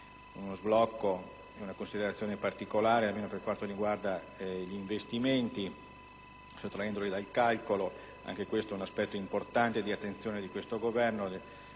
lo sblocco ed una considerazione particolare almeno per quanto riguarda gli investimenti, sottraendoli dal calcolo complessivo. Anche questo è un segnale importante di attenzione del Governo